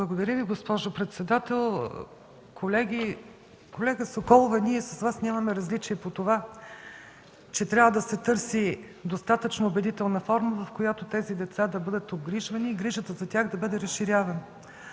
Благодаря Ви, госпожо председател. Колеги! Колега Соколова, ние с Вас нямаме различия по това, че трябва да се търси достатъчно убедителна форма, в която тези деца да бъдат обгрижвани и грижата за тях да бъде разширявана.